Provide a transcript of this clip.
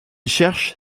cherche